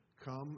come